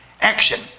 Action